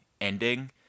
ending